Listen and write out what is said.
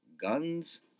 guns